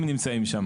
הם נמצאים שם.